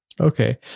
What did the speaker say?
Okay